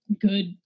good